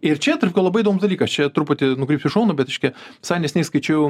ir čia tarp ko labai įdomus dalykas čia truputį nukrypsiu į šoną bet iškia visai neseniai skaičiau